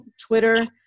Twitter